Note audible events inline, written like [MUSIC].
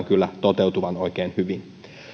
[UNINTELLIGIBLE] kyllä toteutuvan oikein hyvin